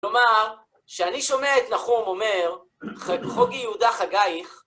כלומר, כשאני שומע את נחום אומר, חוגי יהודה חגייך,